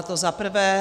To za prvé.